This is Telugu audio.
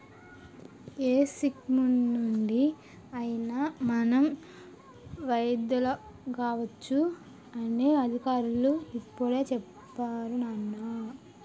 ఏ స్కీమునుండి అయినా మనం వైదొలగవచ్చు అని అధికారులు ఇప్పుడే చెప్పేరు నాన్నా